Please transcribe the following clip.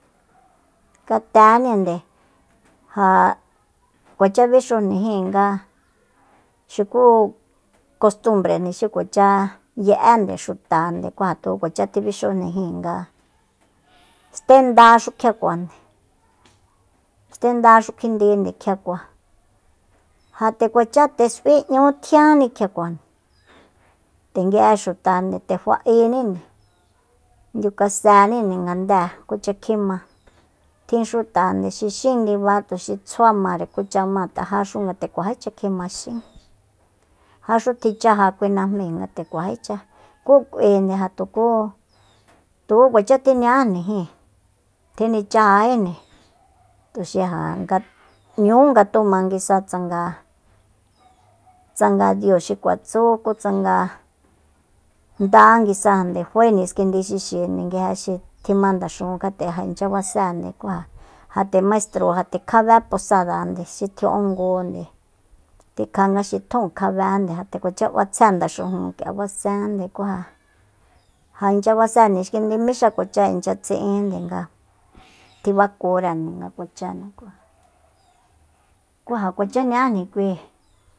Katenínde ja kuacha bixujni jin nga xuku kostmbrejni xi kuacha ye'ende xutande ku ja tuku kuacha tjibixujni jíin nga stenda xu kjiakuande stendaxu kjindi kjiakua ja nde kuacha nde s'ui nñu tjianni kjiakua nde nguije xuta nde fa'eninde ndiu kaseninde ngadée kucha kjima tjin xutande xi xín ndiba tuxi tsjuamare kucha ma ngat'a ja xu nguite kuajícha kjima xín ja xu tji chaja kui najmi ngate kuajicha ku k'uinde ja tuku- tuku kuacha tjiña'ájni jin tjinichajajíjni tuxi ja nga 'ñú nga tuma nguisa tsanga- tsanga diu xi kuatsu ku tsanga nda nguisajande fae niskindi xixinde nguije xi tjima ndaxujun kjat'e ja inchya basejande ku ja nde maistro ja nde kjabe posadande xi tjia'ungunde tikja nga xi tjun kjabejande ja nde kuacha b'atsjé ndaxujun k'ia basenjande ku ja ja inchya base niskindi mixa kuacha inchya tsi'inde nga tjibakurende nga kuachande ku ja- ku ja kuachajni kui